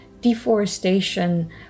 deforestation